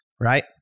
right